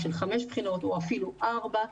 של חמש בחינות או אפילו ארבע,